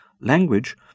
Language